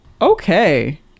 Okay